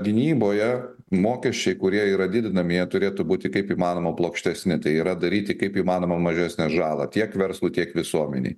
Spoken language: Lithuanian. gynyboje mokesčiai kurie yra didinami jie turėtų būti kaip įmanoma plokštesni tai yra daryti kaip įmanoma mažesnę žalą tiek verslui tiek visuomenei